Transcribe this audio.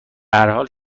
هرحال